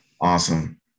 Awesome